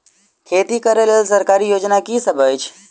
खेती करै लेल सरकारी योजना की सब अछि?